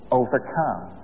overcome